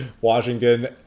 Washington